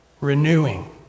Renewing